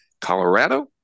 Colorado